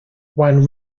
wan